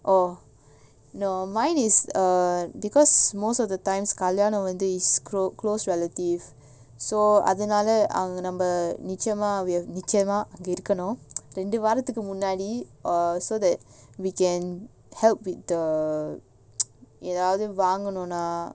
oh no mine is err because most of the time கல்யாணம்வந்து:kalyanam vandhu is close relative so அதனாலநம்மநிச்சயமாஅங்கஇருக்கனும்:adhanala namma nichayama anga irukanum err so that we can help with the ஏதாவதுவாங்கணும்னா:edhavathu vanganumna